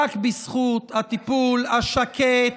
רק בזכות הטיפול השקט